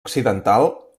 occidental